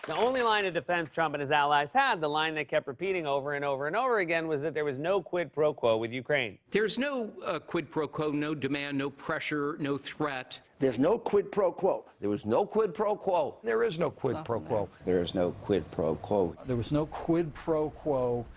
only line of defense trump and his allies had, the line they kept repeating over and over and over again was that there was no quid pro quo with ukraine. there's no quid pro quo, no demand, no pressure, no threat. there's no quid pro quo. there was no quid pro quo. there is no quid pro quo. there is no quid pro quo. there was no quid pro quo.